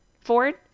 Ford